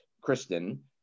Kristen